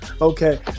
Okay